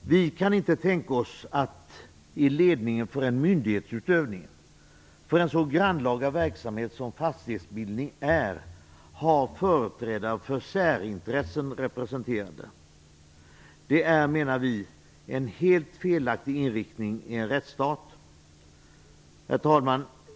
Vi kan inte tänka oss att i ledningen för en myndighetsutövning i en så grannlaga verksamhet som fastighetsbildning ha företrädare för särintressen. Det är, menar vi, en helt felaktig inriktning i en rättsstat. Herr talman!